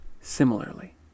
similarly